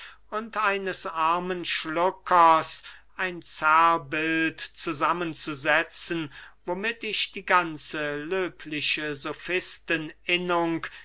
und eines armen schluckers ein zerrbild zusammen zu setzen womit ich die ganze löbliche sofisten innung